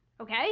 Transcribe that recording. okay